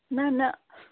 نہَ نہَ